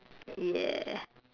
yeah